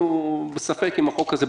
אנחנו בספק אם החוק הזה,